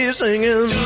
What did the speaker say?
singing